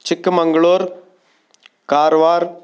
Chikmagalur Karwar